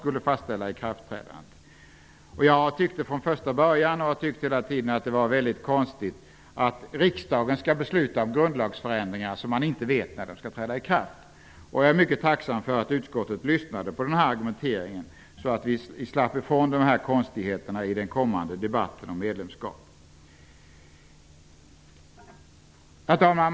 Jag har hela tiden tyckt att det är konstigt att riksdagen skall besluta om grundlagsförändringar men inte veta när de skall träda i kraft. Jag är tacksam för att utskottet har lyssnat på den argumenteringen så att vi därför slipper ifrån dessa konstigheter i den kommande debatten om medlemskap. Herr talman!